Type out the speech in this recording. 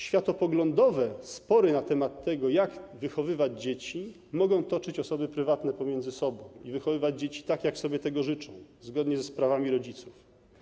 Światopoglądowe spory na temat tego, jak wychowywać dzieci, mogą toczyć osoby prywatne pomiędzy sobą i wychowywać dzieci tak, jak sobie tego życzą, zgodnie z prawami rodziców.